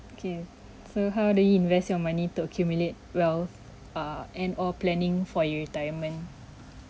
okay so how do you invest your money to accumulate wealth err and or planning for your retirement